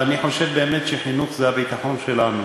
ואני חושב באמת שחינוך זה הביטחון שלנו.